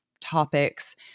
topics